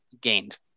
gained